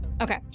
Okay